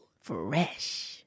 Fresh